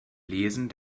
lesen